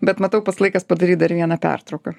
bet matau pats laikas padaryt dar vieną pertrauką